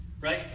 right